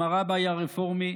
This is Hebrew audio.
עם הרבי הרפורמי